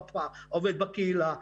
עובד בקהילה,